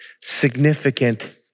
significant